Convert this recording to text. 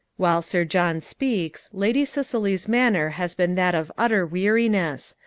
while sir john speaks, lady cicely's manner has been that of utter weariness.